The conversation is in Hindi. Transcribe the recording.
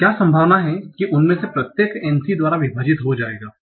तो क्या संभावना है कि उनमें से प्रत्येक N c द्वारा विभाजित हो जाएगा